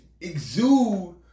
exude